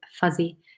fuzzy